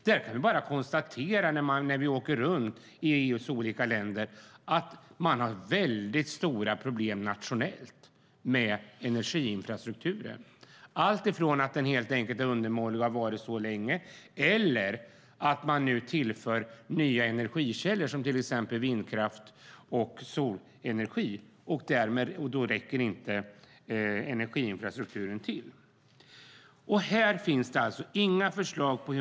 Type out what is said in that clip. Där kan vi konstatera att det finns stora problem nationellt i EU:s medlemsländer med energiinfrastrukturen. Det gäller alltifrån att den helt enkelt är undermålig, och har varit så länge, till att man tillför nya energikällor, till exempel vindkraft och solenergi. Då räcker inte energiinfrastrukturen till. Här finns inga förslag.